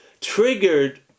triggered